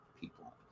people